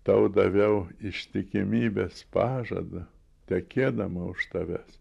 tau daviau ištikimybės pažadą tekėdama už tavęs